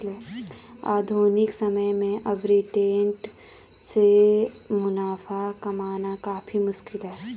आधुनिक समय में आर्बिट्रेट से मुनाफा कमाना काफी मुश्किल है